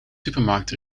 supermarkt